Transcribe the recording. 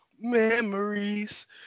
memories